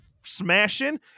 smashing